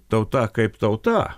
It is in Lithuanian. tauta kaip tauta